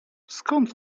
skąd